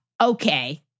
Okay